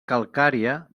calcària